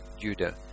Judah